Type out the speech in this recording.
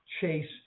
chase